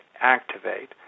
activate